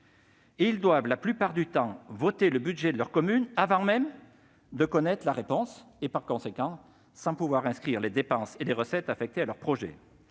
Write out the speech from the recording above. Ils doivent souvent voter le budget de leur commune avant même de connaître la réponse, et par conséquent sans pouvoir inscrire les dépenses et recettes affectées à leur projet.